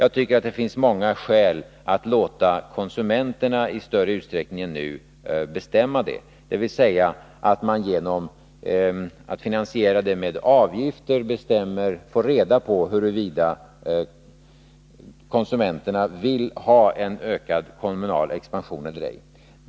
Jag tycker att det finns många skäl att låta konsumenterna i större utsträckning än nu bestämma det, dvs. att man genom att finansiera det med avgifter tar reda på huruvida konsumenterna vill ha en ökad kommunal expansion eller ej.